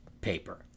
paper